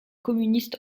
communiste